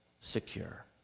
secure